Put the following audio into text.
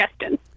justin